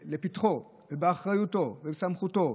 זה לפתחו, באחריותו ובסמכותו,